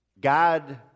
God